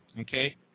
Okay